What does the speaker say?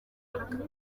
atari